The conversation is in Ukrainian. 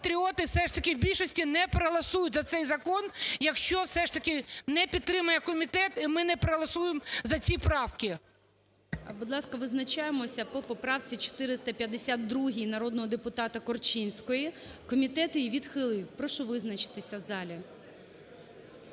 патріоти все ж таки в більшості не проголосують за цей закон, якщо все ж таки не підтримає комітет, і ми не проголосуємо за ці правки. ГОЛОВУЮЧИЙ. Будь ласка, визначаємося по поправці 452 народного депутата Корчинської. Комітет її відхилив. Прошу визначатися в залі.